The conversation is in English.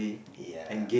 ya